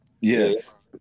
Yes